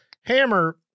Hammer